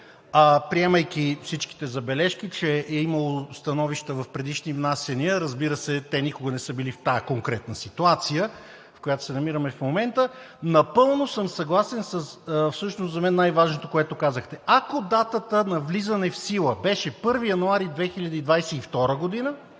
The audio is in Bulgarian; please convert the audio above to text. приемайки всички забележки, че е имало становища в предишни внасяния. Разбира се, те никога не са били в тази конкретна ситуация, в която се намираме в момента. Напълно съм съгласен с… Всъщност за мен най-важното, което казахте: ако датата на влизане в сила беше 1 януари 2022 г.,